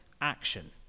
action